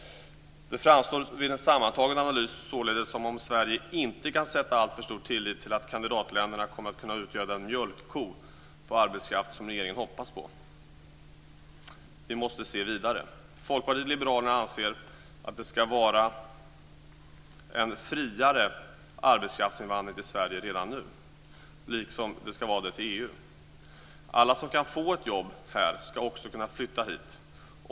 Det framstår vid en sammantagen analys således som om Sverige inte kan sätta alltför stor tillit till att kandidatländerna kommer att kunna utgöra den mjölkko på arbetskraft som regeringen hoppas på. Vi måste se vidare. Folkpartiet liberalerna anser att det ska vara en friare arbetskraftsinvandring till Sverige redan nu, liksom till EU. Alla som kan få ett jobb här ska också kunna flytta hit.